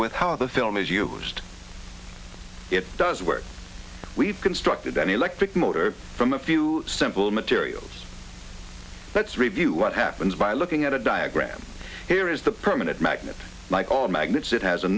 with how the film is you just it doesn't work we've constructed any electric motor from a few simple materials let's review what happens by looking at a diagram here is the permanent magnet like all magnets it has a